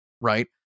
right